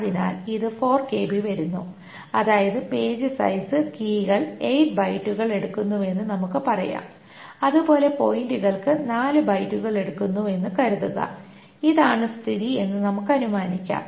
അതിനാൽ ഇത് 4 കെബി വരുന്നു അതായത് പേജ് സൈസ് കീകൾ 8 ബൈറ്റുകൾ എടുക്കുന്നുവെന്ന് നമുക്ക് പറയാം അതുപോലെ പോയിന്ററുകൾക്ക് 4 ബൈറ്റുകൾ എടുക്കുമെന്ന് കരുതുക ഇതാണ് സ്ഥിതി എന്ന് നമുക്ക് അനുമാനിക്കാം